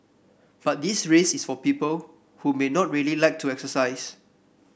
but this race is for people who may not really like to exercise